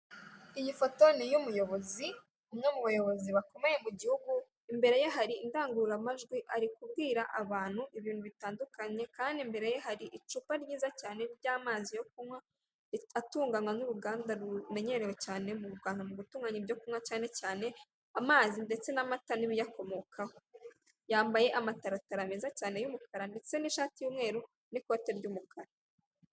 Iyi foto ni iy'umuyobozi umwe mu bayobozi bakomeye mu gihugu, imbere ye hari indangururamajwi ari kubwira abantu ibintu bitandukanye, kandi imbere ye hari icupa ryiza cyane ry'amazi yo kunywa, atunganywa n'uruganda rumenyerewe cyane mu Rwanda mu gutunganya ibyo kunywa cyane cyane amazi ndetse n'amata n'ibiyakomokaho. Yambaye amataratara meza cyane y'umukara ndetse n'ishati y'umweru n'ikote ry'umukara.